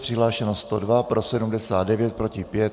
Přihlášeno 102, pro 79, proti 5.